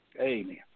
Amen